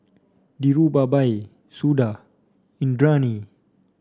Dhirubhai Suda Indranee